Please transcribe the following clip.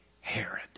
Herod